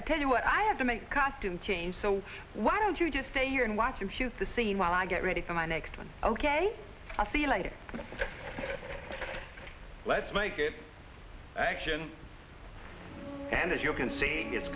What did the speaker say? i tell you what i have to make costume change so why don't you just stay here and watch and shoot the scene while i get ready for my next one ok i'll see you later let's make it action and as you can saying it's